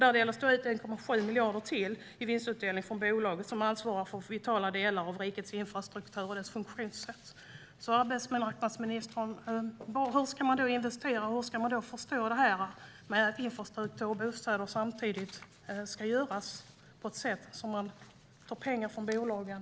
Där var det 1,7 miljarder i vinstutdelning från bolaget, som ansvarar för vitala delar av rikets infrastruktur och dess funktionssätt. Arbetsmarknadsministern! Hur ska man investera, och hur ska man förstå det här med att infrastruktur och bostäder ska göras samtidigt som man tar pengar från bolagen?